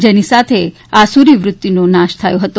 જેની સાથે આસુરી વૃતિનો નાશ થયો હતો